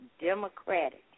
democratic